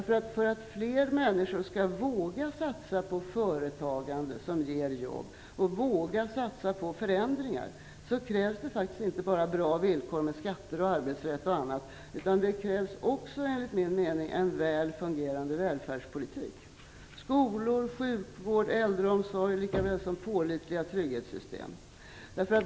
För att fler människor skall våga satsa på företagande som ger jobb, våga satsa på förändringar, krävs inte bara bra villkor vad gäller exempelvis skatter och arbetsrätt, utan enligt min mening krävs också en väl fungerande välfärdspolitik vad gäller skolor, sjukvård, äldreomsorg lika väl som pålitliga trygghetssystem.